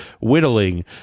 whittling